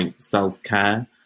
self-care